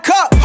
up